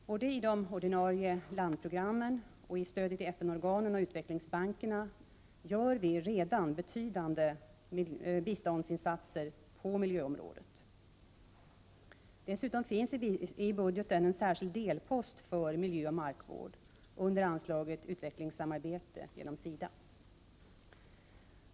Både i de ordinarie landprogrammen och i stödet till FN-organen och utvecklingsbankerna gör vi redan betydande biståndsinsatser på miljöområdet. Dessutom finns i budgeten en särskild delpost för miljö och markvård under anslaget utvecklingssamarbete genom SIDA.